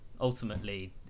ultimately